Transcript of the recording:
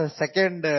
second